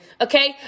Okay